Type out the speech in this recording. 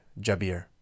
Jabir